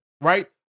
right